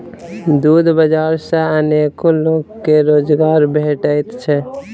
दूध बाजार सॅ अनेको लोक के रोजगार भेटैत छै